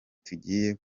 tugiye